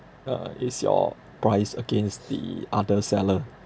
uh is your price against the other seller